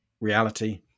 reality